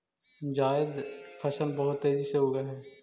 जायद फसल बहुत तेजी से उगअ हई